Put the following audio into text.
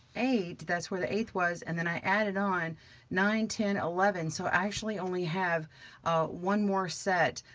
eight. that's where the eighth was. and then i added on nine, ten, eleven. so i actually only have a one more set,